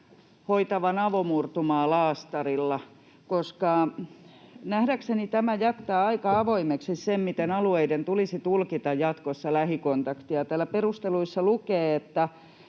hoitavan avomurtumaa laastarilla, koska nähdäkseni tämä jättää aika avoimeksi sen, miten alueiden tulisi jatkossa tulkita lähikontaktia. Täällä perusteluissa lukee, että